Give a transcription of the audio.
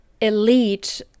elite